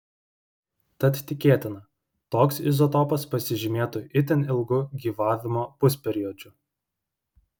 tad tikėtina toks izotopas pasižymėtų itin ilgu gyvavimo pusperiodžiu